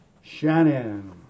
Shannon